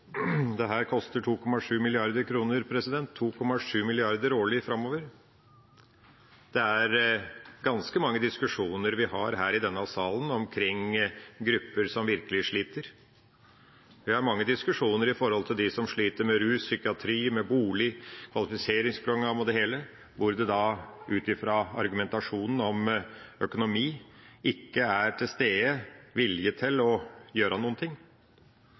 koster 2,7 mrd. kr årlig framover. Det er ganske mange diskusjoner vi har i denne salen omkring grupper som virkelig sliter. Vi har mange diskusjoner om dem som sliter med rus, psykiatri, bolig, kvalifiseringsprogrammet og det hele, hvor det da ut ifra argumentasjonen om økonomi ikke er til stede vilje til å gjøre